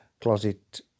closet